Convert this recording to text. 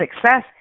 success